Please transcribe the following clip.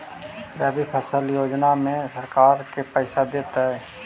रबि फसल योजना में सरकार के पैसा देतै?